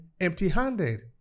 empty-handed